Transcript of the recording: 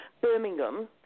Birmingham